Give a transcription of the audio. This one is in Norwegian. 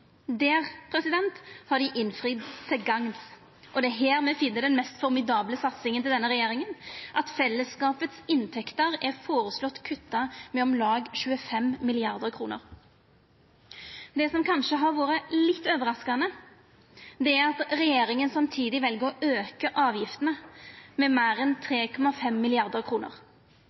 Der har dei innfridd til gagns, og det er her me finn den mest formidable satsinga til denne regjeringa, at fellesskapets inntekter er føreslått kutta med om lag 25 mrd. kr. Det som kanskje har vore litt overraskande, er at regjeringa samtidig vel å auka avgiftene med meir enn 3,5